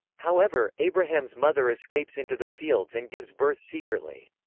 however, abraham's mother escapes into the fields and gives birth secretly.